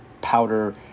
powder